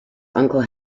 uncle